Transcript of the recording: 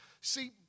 See